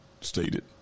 stated